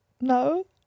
No